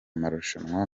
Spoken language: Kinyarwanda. marushanwa